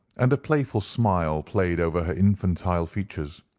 and a playful smile played over her infantile features.